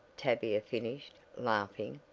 tavia finished, laughing.